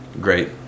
great